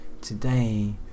Today